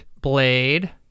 Blade